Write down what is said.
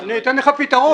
אני אתן לך פתרון.